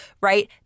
right